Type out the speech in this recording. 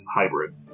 hybrid